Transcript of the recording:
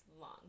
long